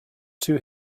too